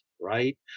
right